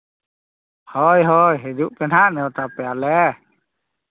ᱦᱳᱭ ᱦᱳᱭ ᱦᱤᱡᱩᱜ ᱯᱮ ᱦᱟᱸᱜ ᱱᱮᱶᱛᱟ ᱯᱮᱭᱟᱞᱮ